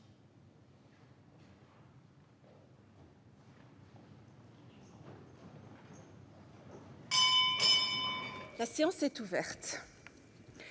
La séance est ouverte.